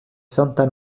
santa